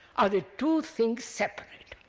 are the two things separate?